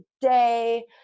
day